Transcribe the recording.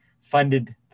funded